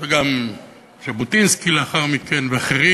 אלה הם יסודות התקציב גם לשנים הבאות ולשנה הבאה.